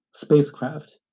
spacecraft